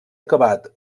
acabat